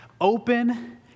open